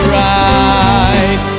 right